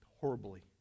horribly